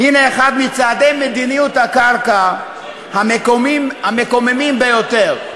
הנה אחד מצעדי מדיניות הקרקע המקוממים ביותר,